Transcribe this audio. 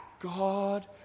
God